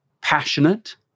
passionate